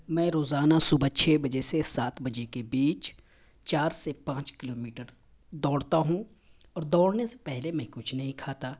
میں روزانہ صبح چھ بجے سے سات بجے کے بیچ چار سے پانچ کلو میٹر دوڑتا ہوں اور دوڑنے سے پہلے میں کچھ نہیں کھاتا